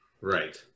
right